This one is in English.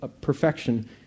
perfection